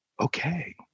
okay